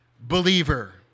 believer